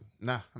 nah